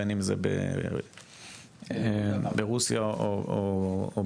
בין אם זה ברוסיה או בלרוס.